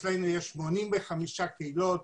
זה מקשר ומחזק אותם,